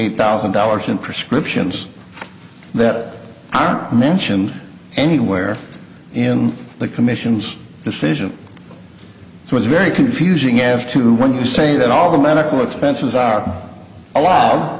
eight thousand dollars in prescriptions that are not mentioned anywhere in the commission's decision so it's very confusing as to when you say that all the medical expenses are allowed